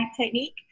technique